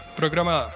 programa